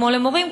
כמו למורים,